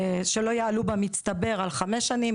שלא יעלו במצטבר על חמש שנים,